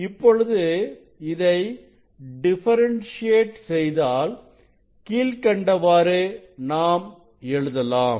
இப்பொழுது இதை டிஃபரண்டியட் செய்தால் கீழ்க்கண்டவாறு நாம் எழுதலாம்